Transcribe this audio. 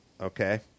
Okay